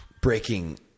breaking